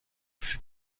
fut